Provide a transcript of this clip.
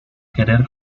querer